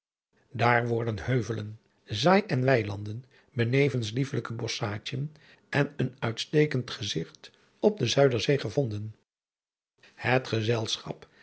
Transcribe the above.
daar worden heuvelen zaai en weilanden benevens liefelijke bosschaadjen en een uitstekend gezigt op de zuiderzee gevonden het gezelschap